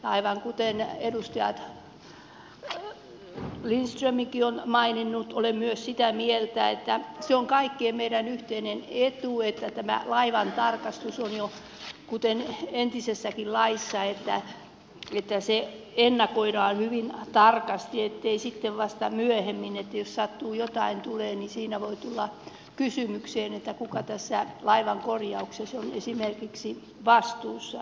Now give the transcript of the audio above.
aivan kuten edustaja lindströmkin on maininnut olen myös sitä mieltä että se on kaikkien meidän yhteinen etu että tämä laivan tarkastus kuten entisessäkin laissa ennakoidaan hyvin tarkasti ettei sitten vasta myöhemmin koska jos sattuu jotain tulemaan siinä voi tulla kysymykseen että kuka tässä laivan korjauksessa on esimerkiksi vastuussa